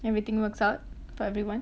everything works out for everyone